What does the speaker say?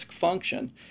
function